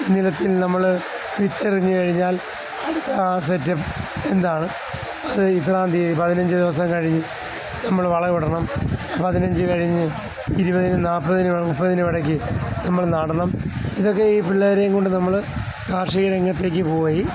നിലത്തിൽ നമ്മൾ വിത്തെറിഞ്ഞ് കഴിഞ്ഞാൽ അടുത്ത ആ സെറ്റ് എന്താണ് അത് ഇത്രാം തിയതി പതിനഞ്ച് ദിവസം കഴിഞ്ഞ് നമ്മൾ വളമിടണം പതിനഞ്ച് കഴിഞ്ഞ് ഇരുപതിനും നാൽപ്പതിനും മുപ്പതിനും ഇടയ്ക്ക് നമ്മൾ നടണം ഇതൊക്കെ ഈ പിള്ളേരെയും കൊണ്ട് നമ്മൾ കാർഷിക രംഗത്തേക്ക് പോയി